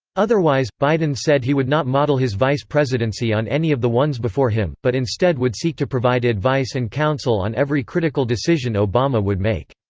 otherwise, biden said he would not model his vice presidency on any of the ones before him, but instead would seek to provide advice and counsel on every critical decision obama would make.